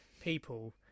People